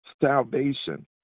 salvation